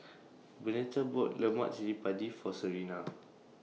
Bernita bought Lemak Cili Padi For Serina